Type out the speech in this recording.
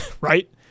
right